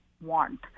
want